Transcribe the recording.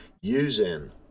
using